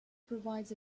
provides